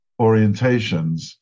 orientations